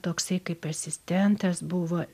toksai kaip asistentas buvo